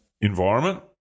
environment